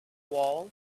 wall